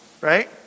right